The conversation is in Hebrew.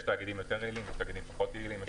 יש תאגידים יעילים יותר ויעילים פחות.